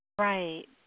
Right